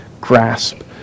grasp